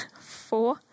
Four